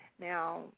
Now